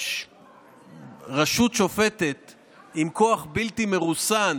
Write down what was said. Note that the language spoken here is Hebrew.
רשות שופטת עם כוח בלתי מרוסן,